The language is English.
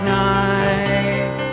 night